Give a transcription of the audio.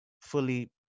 fully